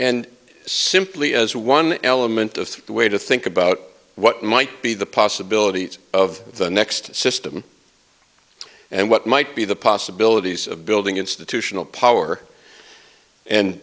and simply as one element of the way to think about what might be the possibilities of the next system and what might be the possibilities of building institutional power and